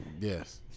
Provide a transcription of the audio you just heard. Yes